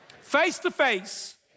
face-to-face